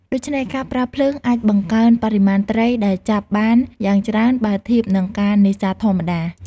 ដូច្នេះ ការប្រើភ្លើងអាចបង្កើនបរិមាណត្រីដែលចាប់បានយ៉ាងច្រើន បើធៀបនឹងការនេសាទធម្មតា។